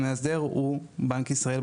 המאסדר הוא בנק ישראל,